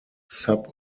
sub